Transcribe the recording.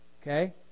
Okay